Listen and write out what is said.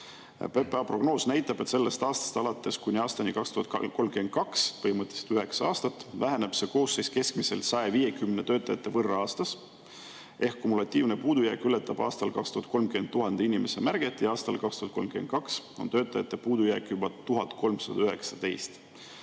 PPA prognoos näitab, et sellest aastast alates kuni aastani 2032, põhimõtteliselt üheksa aastat, väheneb see koosseis keskmiselt 150 töötaja võrra aastas. Kumulatiivne puudujääk ületab aastal 2030 tuhande inimese [piiri] ja aastal 2032 on töötajate puudujääk juba 1319.